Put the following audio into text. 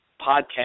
podcast